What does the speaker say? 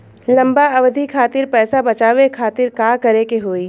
लंबा अवधि खातिर पैसा बचावे खातिर का करे के होयी?